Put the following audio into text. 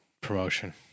promotion